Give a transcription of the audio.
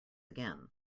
again